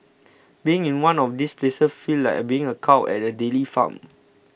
being in one of these places feels like being a cow at a dairy farm